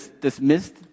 dismissed